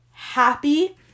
happy